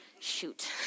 shoot